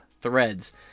Threads